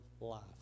life